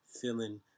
feeling